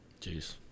Jeez